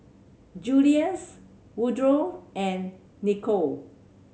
Julius Woodrow and Nicolle